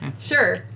sure